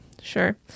sure